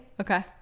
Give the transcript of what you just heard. okay